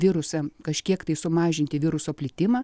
virusą kažkiek tai sumažinti viruso plitimą